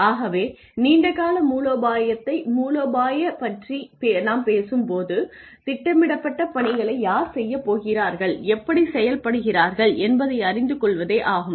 ஆகவே நீண்ட கால மூலோபாயத்தை மூலோபாயப் பற்றி நாம் பேசும்போது திட்டமிடப்பட்ட பணிகளை யார் செய்யப் போகிறார்கள் எப்படிச் செயல்படுகிறார்கள் என்பதை அறிந்து கொள்வதே ஆகும்